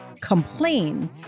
complain